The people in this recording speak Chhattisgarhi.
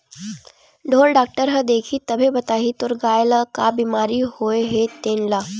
ढ़ोर डॉक्टर ह देखही तभे बताही तोर गाय ल का बिमारी होय हे तेन ल